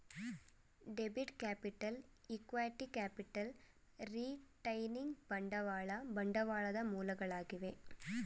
debit capital, equity capital, retaining ಬಂಡವಾಳ ಬಂಡವಾಳದ ಮೂಲಗಳಾಗಿವೆ